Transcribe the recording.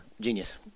genius